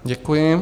Děkuji.